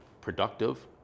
productive